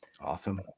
Awesome